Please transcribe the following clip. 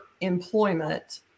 employment